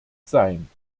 sein